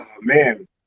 man